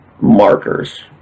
markers